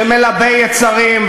שמלבה יצרים.